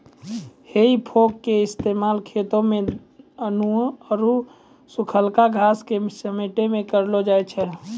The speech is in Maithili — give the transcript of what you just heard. हेइ फोक के इस्तेमाल खेतो मे अनेरुआ आरु सुखलका घासो के समेटै मे करलो जाय छै